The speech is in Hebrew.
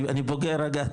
אני בוגר אג"ת,